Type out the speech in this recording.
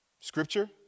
scripture